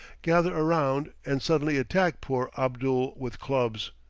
gather around, and suddenly attack poor abdul with clubs.